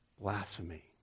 Blasphemy